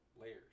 Layers